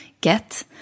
get